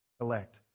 elect